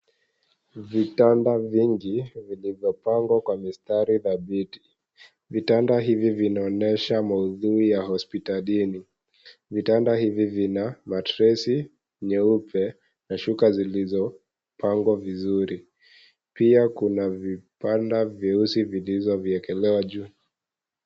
Vitanda vingi, vilivyopangwa kwa mistari thabiti. Vitanda hivi vinaonyesha maudhui ya hospitalini. Vitanda hivi vina matresi nyeupe, na shuka zilizopangwa vizuri. Pia kuna vipanda vyeusi vilivyoekelewa juu.